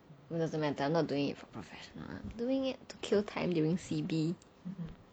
what does it matter I'm not doing it for professional I'm doing it to kill time during C_B